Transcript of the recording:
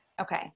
Okay